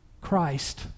Christ